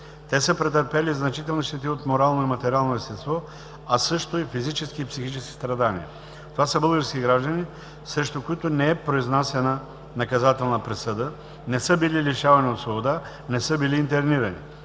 Те са претърпели значителни щети от морално и материално естество, а също и физически, и психически страдания. Това са български граждани, срещу които не е произнасяна наказателна присъда, не са били лишавани от свобода, не са били интернирани.